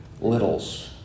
littles